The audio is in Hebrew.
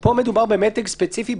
פה מדובר במתג ספציפי,